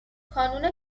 کانون